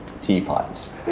Teapot